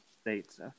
states